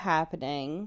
Happening